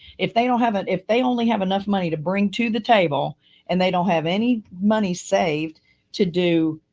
if they don't have it, if they only have enough money to bring to the table and they don't have any money saved to do,